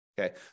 Okay